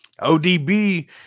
ODB